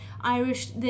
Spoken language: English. Irish